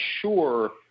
sure